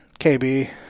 KB